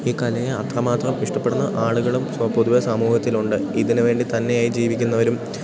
ഈ കലയെ അത്ര മാത്രം ഇഷ്ടപ്പെടുന്ന ആളുകളും പൊതുവെ സമൂഹത്തിലുണ്ട് ഇതിനു വേണ്ടി തന്നെയായി ജീവിക്കുന്നവരും